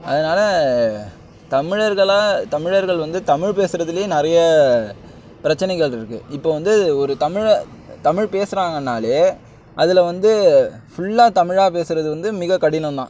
அதனால் தமிழர்களை தமிழர்கள் வந்து தமிழ் பேசுறதிலயே நிறைய பிரச்சினைகள் இருக்குது இப்போது வந்து ஒரு தமிழை தமிழ் பேசுறாங்கனாலேயே அதில் வந்து ஃபுல்லாக தமிழாக பேசுறது வந்து மிக கடினம்தான்